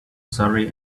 surrey